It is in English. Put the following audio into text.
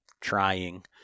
trying